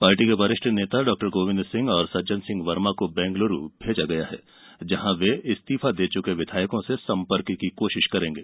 party के वरिष्ठ नेता डॉक्टर गोविंद सिंह और सज्जनसिंह वर्मा को बैंगलूरू भेजा गया हैं जहां ये इस्तीफा दे चुके विधायकों से संपर्क की कोशिश करेंगे